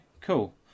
Cool